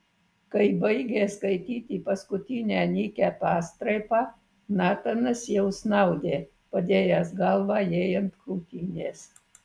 kai baigė skaityti paskutinę nykią pastraipą natanas jau snaudė padėjęs galvą jai ant krūtinės